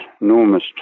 enormous